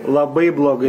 labai blogai